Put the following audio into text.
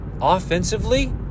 offensively